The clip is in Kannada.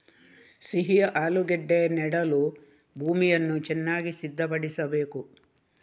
ಸಿಹಿ ಆಲೂಗೆಡ್ಡೆ ನೆಡಲು ಭೂಮಿಯನ್ನು ಚೆನ್ನಾಗಿ ಸಿದ್ಧಪಡಿಸಬೇಕು